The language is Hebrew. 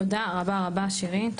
תודה רבה רבה, שירין.